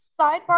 sidebar